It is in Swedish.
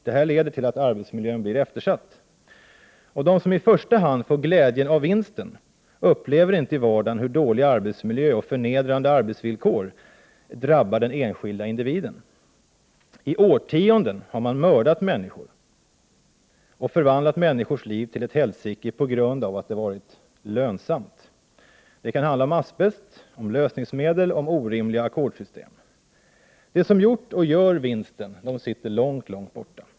Detta leder till att arbetsmiljön blir eftersatt. De som i första hand får glädjen av vinsten upplever inte i vardagen hur dålig arbetsmiljö och förnedrande arbetsvillkor drabbar den enskilda individen. I årtionden har man mördat människor och förvandlat människors liv till ett helsike på grund av att det varit lönsamt. Det kan handla om asbest, om lösningsmedel, om orimliga ackordsystem. De som gjort och gör vinsten sitter långt, långt borta.